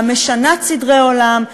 המשנה סדרי עולם,